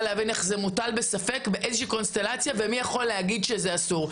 להבין איך הוא מוטל בספק ומי יכול להגיד שזה אסור.